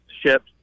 ships